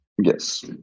yes